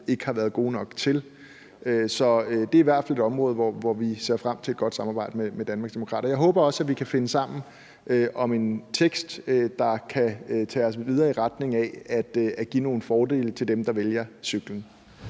ikke har været gode nok til. Så det er i hvert fald et område, hvor vi ser frem til et godt samarbejde med Danmarksdemokraterne. Jeg håber også, at vi kan finde sammen om en tekst, der kan tage os videre i retning af at give nogle fordele til dem, der vælger cyklen.